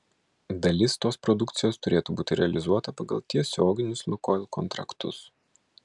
dalis tos produkcijos turėtų būti realizuota pagal tiesioginius lukoil kontraktus